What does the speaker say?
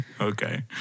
Okay